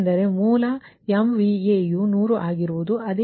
ಏಕೆಂದರೆ ಮೂಲ MVA ಯು 100 ಆಗಿರುವುದು